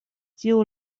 tiu